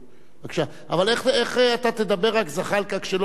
אבל איך אתה תדבר, זחאלקה, כשלא שמעת מה השר אמר?